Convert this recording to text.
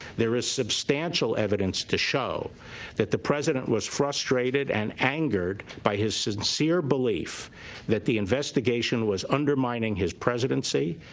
there is substantial evidence to show that the president was frustrated and angered by his sincere belief that the investigation was undermining his presidency,